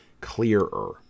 clearer